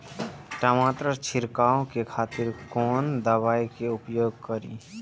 टमाटर छीरकाउ के खातिर कोन दवाई के उपयोग करी?